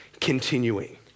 continuing